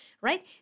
right